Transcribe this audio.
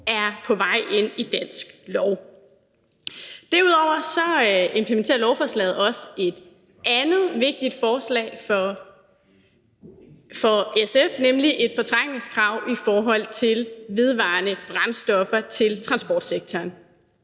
er på vej ind i dansk lov. Derudover implementerer lovforslaget også et andet vigtigt forslag for SF, nemlig et fortrængningskrav i forhold til vedvarende brændstoffer til transportsektoren.